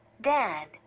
Dad